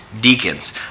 deacons